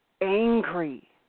angry